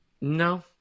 No